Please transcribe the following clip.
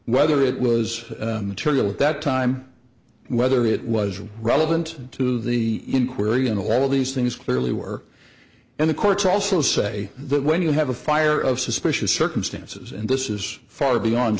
whether it was the target at that time whether it was relevant to the inquiry and all of these things clearly were in the courts also say that when you have a fire of suspicious circumstances and this is far beyond